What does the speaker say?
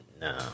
No